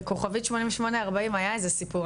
ל- *8840 היה איזה סיפור,